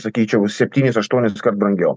sakyčiau septynis aštuonis kart brangiau